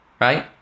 right